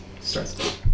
starts